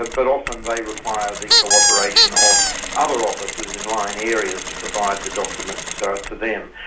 ah but often they require the cooperation of other officers in line areas to provide the documents ah to them.